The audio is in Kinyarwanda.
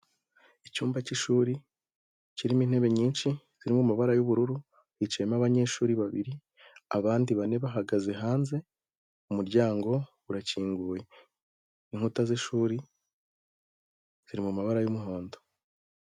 Icyumba cyishuri kirimo intebe nyinshi zimwe mu mabara y'ubururu hicayemo abanyeshuri babiri abandi bane bahagaze hanze umuryango urakinguye inkuta z'ishuri ziri mu mabara y'umuhondo.